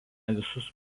visus